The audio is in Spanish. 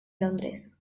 londres